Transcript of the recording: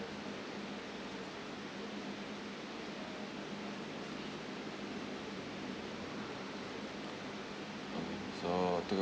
so